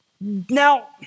Now